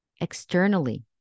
externally